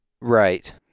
Right